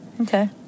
Okay